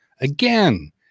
Again